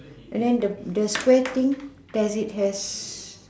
and then the the square thing does it have